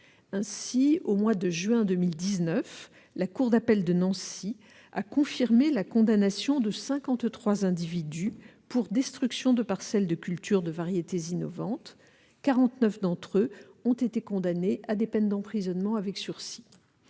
Ainsi, au mois de juin 2019, la cour d'appel de Nancy a confirmé la condamnation de cinquante-trois individus pour destruction de parcelles de culture de variétés innovantes ; quarante-neuf d'entre eux ont été condamnés à des peines d'emprisonnement avec sursis.